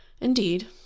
Indeed